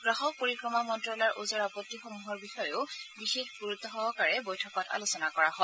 গ্ৰাহক পৰিক্ৰমা মন্তালয়ৰ ওজৰ আপত্তিসমূহৰ বিষয়েও বিশেষ গুৰুত্সহকাৰে বৈঠকত আলোচনা কৰা হয়